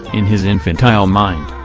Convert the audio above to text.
in his infantile mind,